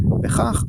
בכך,